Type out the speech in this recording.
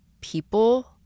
people